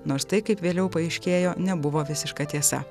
nors tai kaip vėliau paaiškėjo nebuvo visiška tiesa